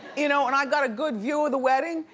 you know and i got a good view of the wedding.